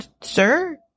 sir